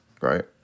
right